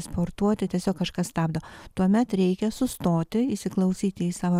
sportuoti tiesiog kažkas stabdo tuomet reikia sustoti įsiklausyti į savo